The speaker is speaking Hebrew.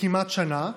כמעט שנה,